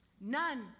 none